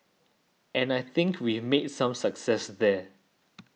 and I think we've made some success there